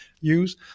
use